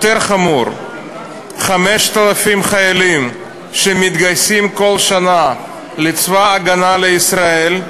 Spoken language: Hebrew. יותר חמור 5,000 חיילים שמתגייסים כל שנה לצבא ההגנה לישראל,